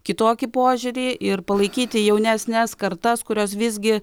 kitokį požiūrį ir palaikyti jaunesnes kartas kurios visgi